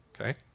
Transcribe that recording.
Okay